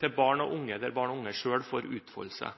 til barn og unge, der barn og unge selv får utfolde seg.